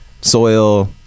soil